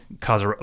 cause